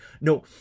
No